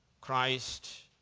Christ